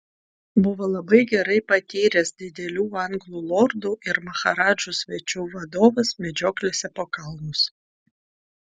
buvo labai gerai patyręs didelių anglų lordų ir maharadžų svečių vadovas medžioklėse po kalnus